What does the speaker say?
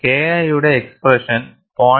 KI യുടെ expression 0